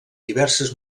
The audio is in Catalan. diverses